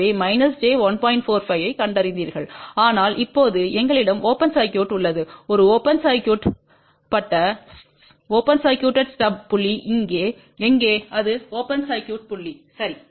45 ஐக் கண்டறிந்தீர்கள் ஆனால் இப்போது எங்களிடம் ஓபன் சர்க்யூட் உள்ளது ஒரு ஓபன் சர்க்யூட்ப்பட்ட ஸ்டப் புள்ளி எங்கே இது ஓபன் சர்க்யூட் புள்ளி சரி